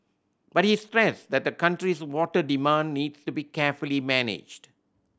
but he stressed that the country's water demand needs to be carefully managed